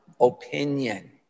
opinion